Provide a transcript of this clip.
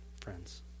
friends